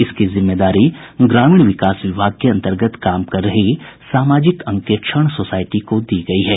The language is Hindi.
इसकी जिम्मेदारी ग्रामीण विकास विभाग के अंतर्गत काम कर रही सामाजिक अंकेक्षण सोसायटी को दी गयी है